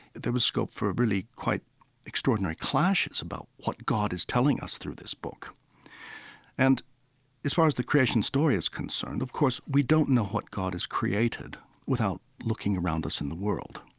there was scope for really quite extraordinary clashes about what god is telling us through this book and as far as the creation story is concerned, of course, we don't know what god has created without looking around us in the world.